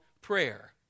prayer